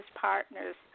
partners